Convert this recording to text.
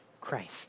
Christ